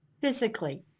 Physically